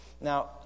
Now